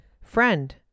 Friend